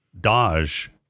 Dodge